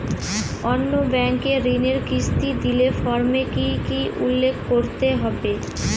অন্য ব্যাঙ্কে ঋণের কিস্তি দিলে ফর্মে কি কী উল্লেখ করতে হবে?